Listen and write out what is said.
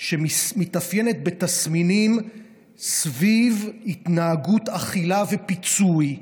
שמתאפיינת בתסמינים סביב התנהגות אכילה ופיצוי,